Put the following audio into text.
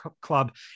club